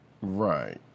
Right